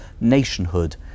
nationhood